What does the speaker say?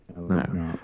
no